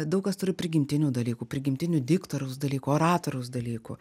daug kas turi prigimtinių dalykų prigimtinių diktoriaus dalykų oratoriaus dalykų